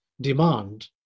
demand